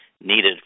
needed